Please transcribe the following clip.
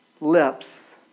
lips